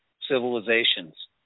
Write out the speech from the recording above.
civilizations